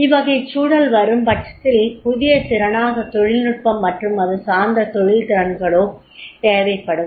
இவ்வகைச் சூழல் வரும்பட்சத்தில் புதிய திறனாகத் தொழில்நுட்பம் மற்றும் அது சார்ந்த தொழில் திறன்களே தேவைப்படும்